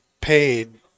paid